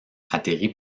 atterrit